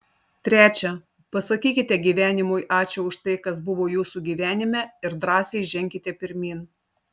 trečia pasakykite gyvenimui ačiū už tai kas buvo jūsų gyvenime ir drąsiai ženkite pirmyn